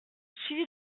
suivi